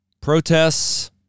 Protests